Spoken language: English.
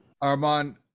armand